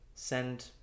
Send